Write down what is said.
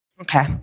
Okay